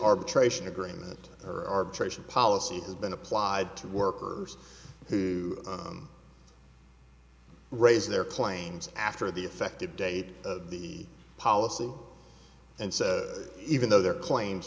arbitration agreement or arbitration policy has been applied to workers who raise their claims after the effective date of the policy and so even though there are claims